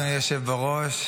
אדוני היושב בראש,